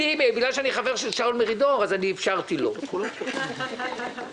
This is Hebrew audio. באופן עקרוני, אנחנו מנסים מאוד להיות בשנות